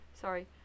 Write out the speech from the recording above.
sorry